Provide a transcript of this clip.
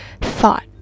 thought